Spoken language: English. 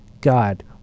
God